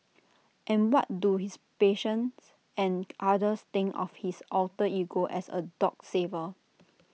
and what do his patients and others think of his alter ego as A dog saver